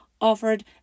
offered